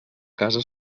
casa